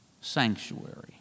Sanctuary